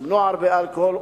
למנוע הרבה אלכוהול,